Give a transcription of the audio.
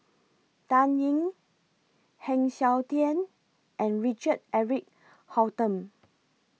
Dan Ying Heng Siok Tian and Richard Eric Holttum